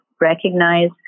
recognize